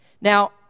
Now